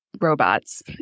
robots